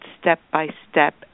step-by-step